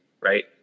right